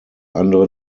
andere